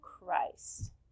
Christ